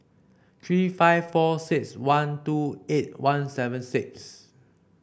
three five four six one two eight one seven six